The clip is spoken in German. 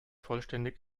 vollständig